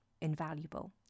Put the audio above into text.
invaluable